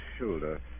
shoulder